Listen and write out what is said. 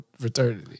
fraternity